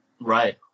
Right